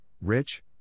rich